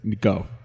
Go